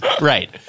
Right